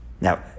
now